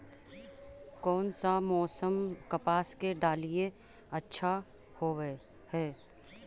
कोन सा मोसम कपास के डालीय अच्छा होबहय?